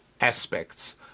aspects